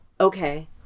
okay